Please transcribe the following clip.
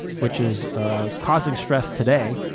which is causing stress today,